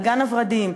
אל גן-הוורדים,